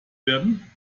werden